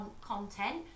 content